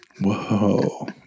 Whoa